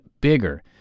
bigger